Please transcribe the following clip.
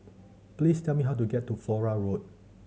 please tell me how to get to Flora Road